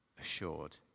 assured